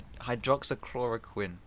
hydroxychloroquine